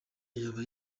yaba